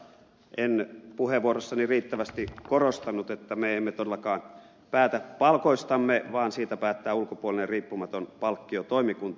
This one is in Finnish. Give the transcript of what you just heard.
en puheenvuorossani riittävästi korostanut että me emme todellakaan päätä palkoistamme vaan siitä päättää ulkopuolinen riippumaton palkkiotoimikunta